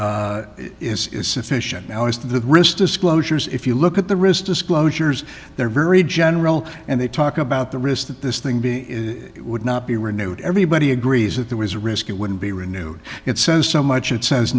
submit is sufficient now as to risk disclosures if you look at the risk disclosures they're very general and they talk about the risk that this thing be would not be renewed everybody agrees that there was a risk it wouldn't be renewed it says so much it says